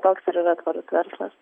toks ir yra tvarus verslas